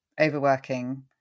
overworking